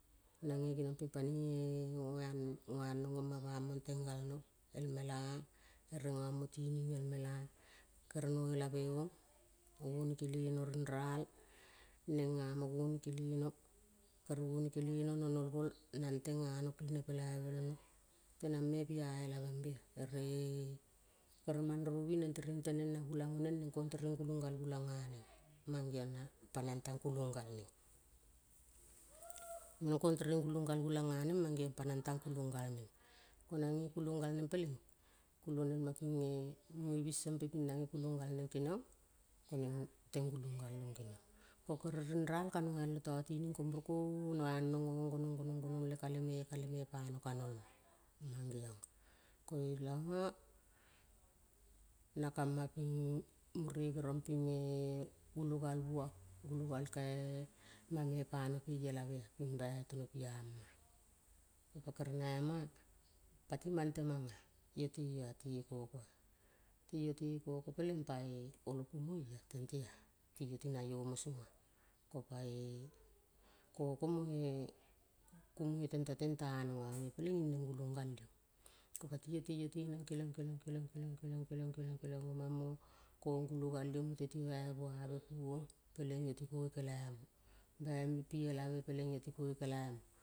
Nange keniong ping panei-e ngo ano, ngo anong oma pamong teng gal no el mela ere ngamo tining el mela. Kere noelave ong. gonikele no rinral. Neng ngamo gonikele no. Kere gonikele no. no nol gol. nang ngano kilne pelaivel no. Teneng me pia elavembea. Ere kere mandrovi neng tereng teneng na gulang oneng neng kong tereng gulong gal gulang nganeng. Mange geong na panang tang kulong gal neng. No kong tereng gulong gal gulang nganeng, mang geong panang tang kulong gal neng. Ko nange kulong gal neng peleng, kulonel ma pinge munge binso mpe pinange kulong gal neng keniong, ko neng teng gulong gal neng geniong. Ko kere rinral ko ka noialp tatining ko mureko no anong gonong gonong gonong le kale kale me pano na nolma. mang geonga. Koela na kama ping mure geriong pinge gulogal bua gulogal kae mame pano pe elave pi bai tono piama. Pa kere naima pati mang temanga. Io teio te kokoa. Teio te koko peleng pae olo kumoia tentea. Ting ti naio mo songa. Ko pae koko moe kumoi tenta teng tano nang io peleing gulong gal ioa. Ko pati io teio teneng keliong keliong keliong keliong keliong keliong keliong mo kong gulo gal io. Mute ti bai buave puong peleng iotiko kelaimo. bai pi elave peleng iotiko kelai.